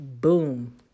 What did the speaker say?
boom